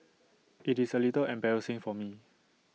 IT is A little embarrassing for me